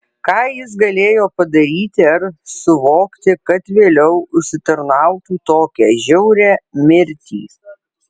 ką jis galėjo padaryti ar suvokti kad vėliau užsitarnautų tokią žiaurią mirtį